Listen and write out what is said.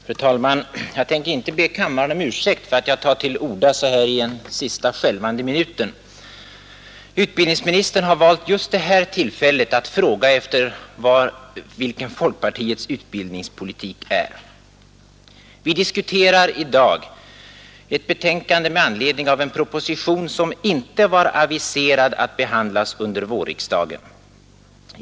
Fru talman! Jag tänker inte be kammaren om ursäkt för att jag tar till orda så här i sessionens sista skälvande minuter. Utbildningsministern har valt just detta tillfälle för att fråga efter vilken folkpartiets utbildningspolitik är. Vi diskuterar i dag ett betänkande med anledning av en proposition, vilkens behandling inte var aviserad att ske under vårriksdagen.